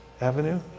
Avenue